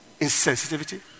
insensitivity